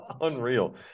Unreal